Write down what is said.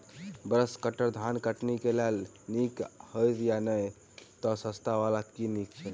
Brush cutter धान कटनी केँ लेल नीक हएत या नै तऽ सस्ता वला केँ नीक हय छै?